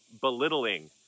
belittling